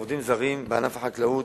בעובדים זרים בענף החקלאות,